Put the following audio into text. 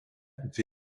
dvi